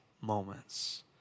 moments